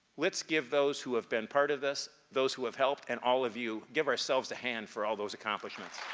let's give those who have been part of this, those who have helped and all of you, give ourselves a hand for all those accomplishments.